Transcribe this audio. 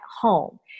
home